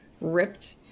ripped